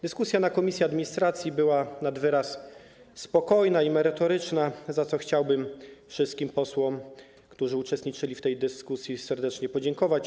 Dyskusja w komisji administracji była nad wyraz spokojna i merytoryczna, za co chciałbym wszystkim posłom, którzy uczestniczyli w tej dyskusji, serdecznie podziękować.